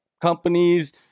companies